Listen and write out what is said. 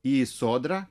į sodrą